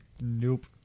Nope